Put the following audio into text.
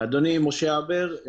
משה הבר,